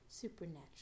Supernatural